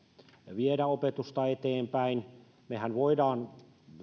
viedä opetusta eteenpäin mehän voimme